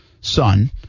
son